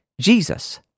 Jesus